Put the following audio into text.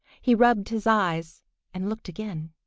he rubbed his eyes and looked again.